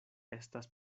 estas